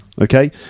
Okay